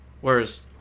Whereas